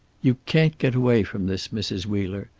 you can't get away from this, mrs. wheeler.